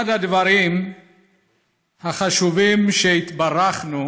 אחד הדברים החשובים שהתברכנו